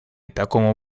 такому